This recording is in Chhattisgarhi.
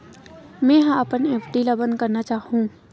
मेंहा अपन एफ.डी ला बंद करना चाहहु